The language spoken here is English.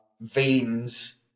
veins